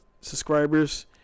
subscribers